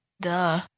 Duh